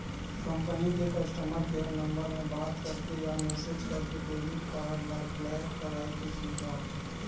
company के customer care number म बात करके या मेसेज करके डेबिट कारड ल ब्लॉक कराए के सुबिधा होथे